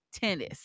tennis